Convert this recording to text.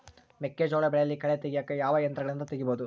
ಮೆಕ್ಕೆಜೋಳ ಬೆಳೆಯಲ್ಲಿ ಕಳೆ ತೆಗಿಯಾಕ ಯಾವ ಯಂತ್ರಗಳಿಂದ ತೆಗಿಬಹುದು?